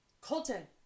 Colton